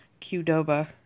Qdoba